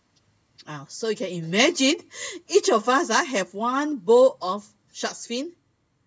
ah so you can imagine each of us ah have one bowl of shark's fin